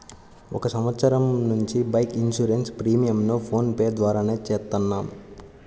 ఒక సంవత్సరం నుంచి బైక్ ఇన్సూరెన్స్ ప్రీమియంను ఫోన్ పే ద్వారానే చేత్తన్నాం